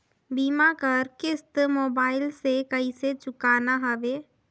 बीमा कर किस्त मोबाइल से कइसे चुकाना हवे